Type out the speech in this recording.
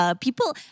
People